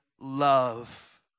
love